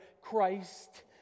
Christ